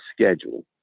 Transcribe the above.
schedule